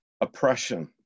oppression